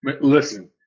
listen